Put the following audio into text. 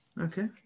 Okay